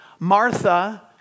Martha